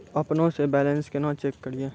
अपनों से बैलेंस केना चेक करियै?